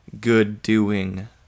good-doing